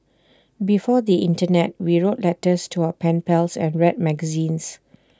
before the Internet we wrote letters to our pen pals and read magazines